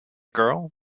girl